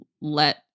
let